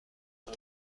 است